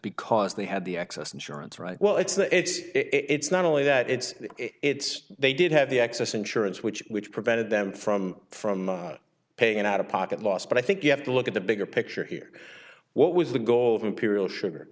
because they had the excess insurance right well it's that it's it's not only that it's it's they did have the excess insurance which which prevented them from from paying out of pocket loss but i think you have to look at the bigger picture here what was the goal of imperial sugar